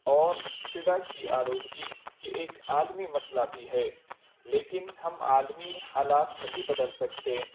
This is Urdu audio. اور فضا کی آلودگی کے ایک عالمی مسئلہ بھی ہے لیکن ہم عالمی حالات نہیں بدل سکتے